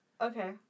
Okay